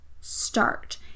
start